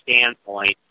standpoint